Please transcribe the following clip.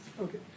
Okay